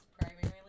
primarily